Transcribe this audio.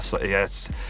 yes